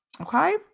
okay